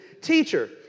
Teacher